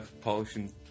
Polishing